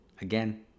again